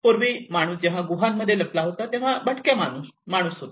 पूर्वी माणूस जेव्हा गुहांमध्ये लपला होता तेव्हा भटक्या माणूस होता